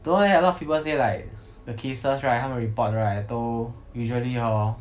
don't know leh a lot of people say like the cases right 他们 report right 都 usually hor